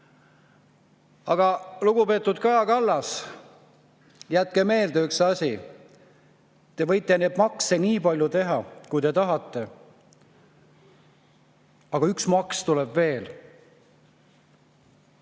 Aga, lugupeetud Kaja Kallas, jätke meelde üks asi. Te võite neid makse teha nii palju, kui te tahate, aga üks maks tuleb veel.